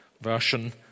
Version